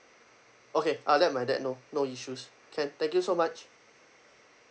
okay I'll let my dad know no issues can thank you so much